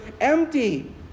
Empty